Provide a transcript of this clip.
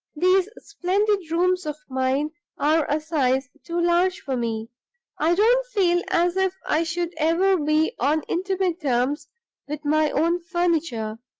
these splendid rooms of mine are a size too large for me i don't feel as if i should ever be on intimate terms with my own furniture.